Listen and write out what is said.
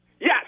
Yes